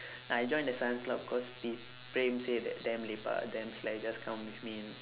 I joined the science club because p~ praem say that damn lepak damn slack just come with me